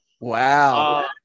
Wow